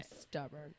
stubborn